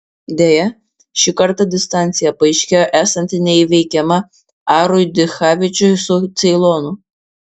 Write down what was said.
deja šį kartą distancija paaiškėjo esanti neįveikiama arui dichavičiui su ceilonu